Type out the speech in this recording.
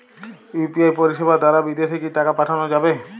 UPI পরিষেবা দারা বিদেশে কি টাকা পাঠানো যাবে?